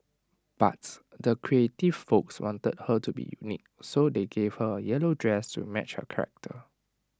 but the creative folks wanted her to be unique so they gave her A yellow dress to match her character